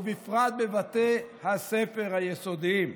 ובפרט בבתי הספר היסודיים.